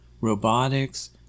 robotics